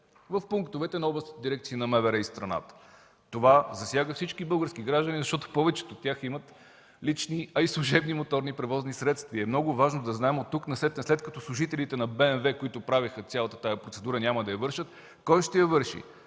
в пунктовете на областните дирекции на МВР из страната. Това засяга всички български граждани, защото повечето от тях имат лични, а и служебни моторни превозни средства и е много важно да знаем от тук насетне, след като служителите на БМВ, които правеха цялата тази процедура, няма да я вършат, кой ще я върши?